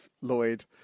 Lloyd